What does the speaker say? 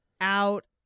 out